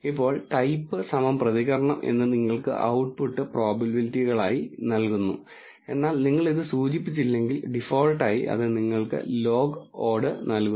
ഇപ്പോൾ ടൈപ്പ് പ്രതികരണം എന്ന് നിങ്ങൾക്ക് ഔട്ട്പുട്ട് പ്രോബബിലിറ്റികളായി നൽകുന്നു എന്നാൽ നിങ്ങൾ ഇത് സൂചിപ്പിച്ചില്ലെങ്കിൽ ഡിഫോൾട്ടായി അത് നിങ്ങൾക്ക് ലോഗ് ഓഡ്സ് നൽകുന്നു